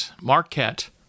Marquette